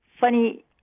funny